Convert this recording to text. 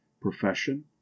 profession